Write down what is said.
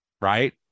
right